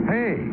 Hey